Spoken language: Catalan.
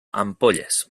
ampolles